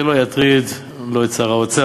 זה לא יטריד, לא את שר האוצר.